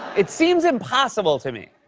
it seems impossible to me.